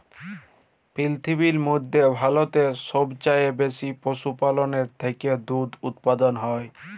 পিরথিবীর ম্যধে ভারতেল্লে সবচাঁয়ে বেশি পশুপাললের থ্যাকে দুহুদ উৎপাদল হ্যয়